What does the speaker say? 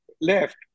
left